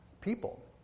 people